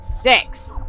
Six